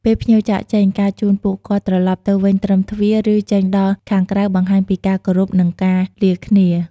ពេលភ្ញៀវចាកចេញ ការជូនពួកគាត់ត្រឡប់ទៅវិញត្រឹមទ្វារ ឬ ចេញដល់ខាងក្រៅបង្ហាញពីការគោរព និង ការលាគ្នា។